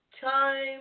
time